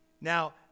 Now